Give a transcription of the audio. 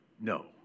No